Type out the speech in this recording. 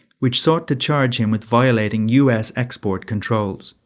which sought to charge him with violating us export controls.